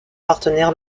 partenaires